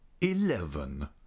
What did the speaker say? Eleven